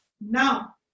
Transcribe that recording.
Now